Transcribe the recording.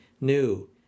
new